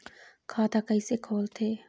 खाता कइसे खोलथें?